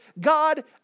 God